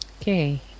Okay